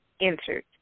entered